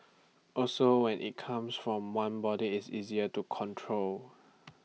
also when IT comes from one body it's easier to control